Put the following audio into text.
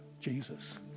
Jesus